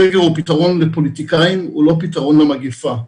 סגר הוא פתרון לפוליטיקאים והוא לא פתרון למגפה.